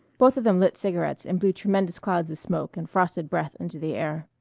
both of them lit cigarettes and blew tremendous clouds of smoke and frosted breath into the air.